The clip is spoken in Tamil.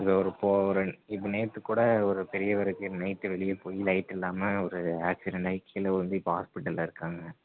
இங்கே ஒரு இப்போ ஒரு இப்போ நேற்று கூட ஒரு பெரியவருக்கு நைட்டு வெளியே போய் லைட்டு இல்லாமல் ஒரு ஆக்சிடெண்ட் ஆகி கீழே விழுந்து இப்போ ஹாஸ்பிட்டலில் இருக்காங்க